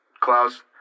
Klaus